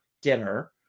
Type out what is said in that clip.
dinner